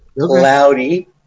cloudy